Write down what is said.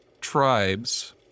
tribes